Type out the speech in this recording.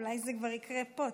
אולי זה כבר יקרה פה,